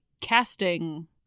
casting